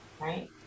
right